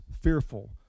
fearful